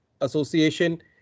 Association